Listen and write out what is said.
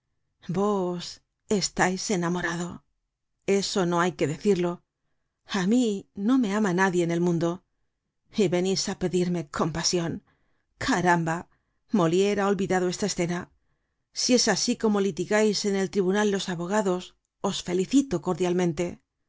vos estáis enamorado eso no hay que decirlo á mí no me ama nadie en el mundo y venís á pedirme compasion caramba moliere ha olvidado esta escena si es asi como litigais en el tribunal los abogados os felicito cordialmente